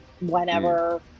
whenever